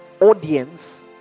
audience